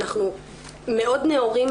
אנחנו מאוד נאורים,